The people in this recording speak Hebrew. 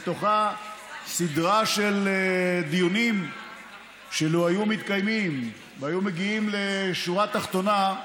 בתוכה סדרה של דיונים שלו היו מתקיימים והיו מגיעים לשורה תחתונה,